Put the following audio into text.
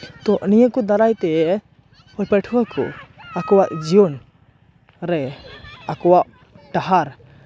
ᱱᱤᱭᱟᱹ ᱠᱚ ᱫᱟᱨᱟᱭᱛᱮ ᱯᱟᱹᱴᱷᱩᱣᱟᱹ ᱠᱚ ᱟᱠᱚᱣᱟᱜ ᱡᱤᱭᱚᱱ ᱨᱮ ᱟᱠᱚᱣᱟᱜ ᱰᱟᱦᱟᱨ